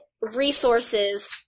resources